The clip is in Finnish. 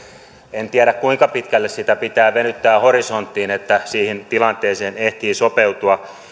en tiedä kuinka pitkälle sitä pitää venyttää horisonttiin että siihen tilanteeseen ehtii sopeutua